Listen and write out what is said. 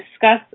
discuss